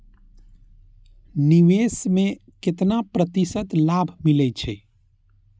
निवेश में केतना प्रतिशत लाभ मिले छै?